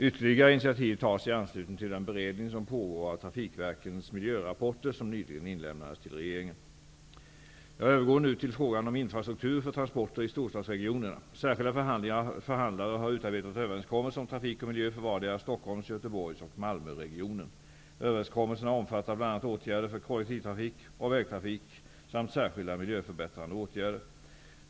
Ytterligare initiativ tas i anslutning till den beredning som pågår av trafikverkens miljörapporter, som nyligen inlämnades till regeringen. Jag övergår nu till frågan om infrastruktur för transporter i storstadsregionerna. Särskilda förhandlare har utarbetat överenskommelser om trafik och miljö för vardera Överenskommelserna omfattar bl.a. åtgärder för kollektivtrafik och vägtrafik samt särskilda miljöförbättrande åtgärder.